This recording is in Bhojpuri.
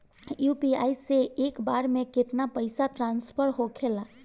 यू.पी.आई से एक बार मे केतना पैसा ट्रस्फर होखे ला?